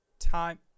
time